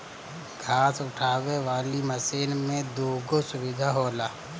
घास उठावे वाली मशीन में दूगो सुविधा होला